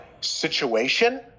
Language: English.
Situation